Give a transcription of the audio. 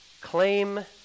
claim